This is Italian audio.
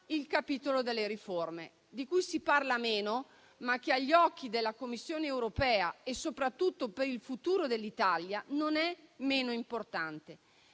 il capitolo delle riforme, di cui si parla meno, ma che agli occhi della Commissione europea e soprattutto per il futuro dell'Italia non è meno importante.